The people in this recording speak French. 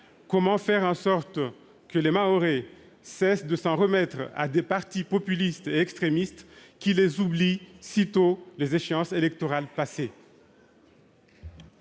Comment faire en sorte que les Mahorais cessent de s'en remettre à des partis populistes et extrémistes, qui les oublient sitôt les échéances électorales passées ?